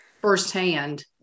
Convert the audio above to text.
firsthand